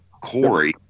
Corey